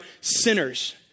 sinners